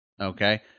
okay